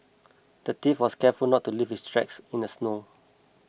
the thief was careful not to leave his tracks in the snow